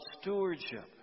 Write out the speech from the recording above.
stewardship